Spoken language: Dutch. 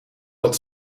wat